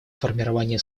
формировании